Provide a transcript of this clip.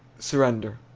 surrender.